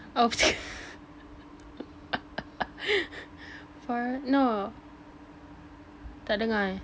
oh forest no tak dengar eh